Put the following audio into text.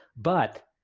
but,